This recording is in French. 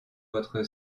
votre